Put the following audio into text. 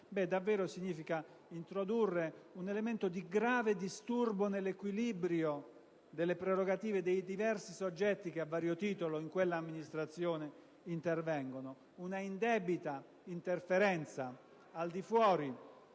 significa introdurre un elemento di grave disturbo nell'equilibrio delle prerogative dei diversi soggetti che a vario titolo in quella amministrazione intervengono. Un'indebita interferenza al di fuori